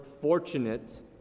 fortunate